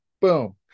Boom